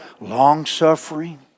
long-suffering